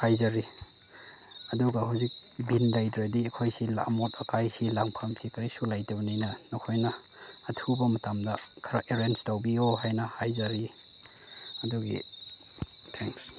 ꯍꯥꯏꯖꯔꯤ ꯑꯗꯨꯒ ꯍꯧꯖꯤꯛ ꯕꯤꯟ ꯂꯩꯇ꯭ꯔꯗꯤ ꯑꯩꯈꯣꯏꯁꯤ ꯑꯃꯣꯠ ꯑꯀꯥꯏꯁꯤ ꯂꯪꯐꯝꯁꯤ ꯀꯔꯤꯁꯨ ꯂꯩꯇꯕꯅꯤꯅ ꯅꯈꯣꯏꯅ ꯑꯊꯨꯕ ꯃꯇꯝꯗ ꯈꯔ ꯑꯦꯔꯦꯟꯖ ꯇꯧꯕꯤꯌꯣ ꯍꯥꯏꯅ ꯍꯥꯏꯖꯔꯤ ꯑꯗꯨꯒꯤ ꯊꯦꯡꯛꯁ